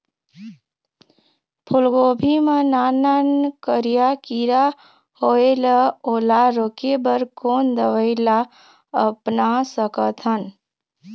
फूलगोभी मा नान नान करिया किरा होयेल ओला रोके बर कोन दवई ला अपना सकथन?